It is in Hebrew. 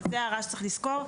זאת הערה שצריך לזכור,